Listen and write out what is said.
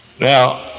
Now